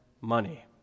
money